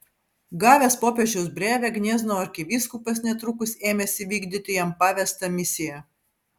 gavęs popiežiaus brevę gniezno arkivyskupas netrukus ėmėsi vykdyti jam pavestą misiją